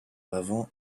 l’avant